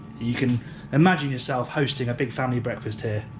you can imagine yourself hosting a big family breakfast here,